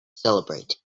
celebrate